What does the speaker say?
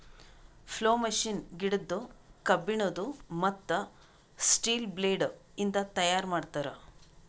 plough machine ಗಿಡದ್ದು, ಕಬ್ಬಿಣದು, ಮತ್ತ್ ಸ್ಟೀಲ ಬ್ಲೇಡ್ ಇಂದ ತೈಯಾರ್ ಮಾಡ್ತರ್